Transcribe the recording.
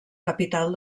capital